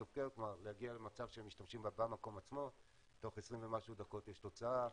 להגיע למצב שמשתמשים בה במקום עצמו תוך 20 ומשהו דקות יש כבר תוצאה,